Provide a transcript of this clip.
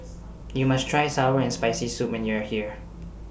YOU must Try Sour and Spicy Soup when YOU Are here